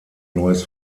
neues